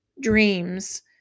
dreams